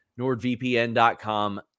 NordVPN.com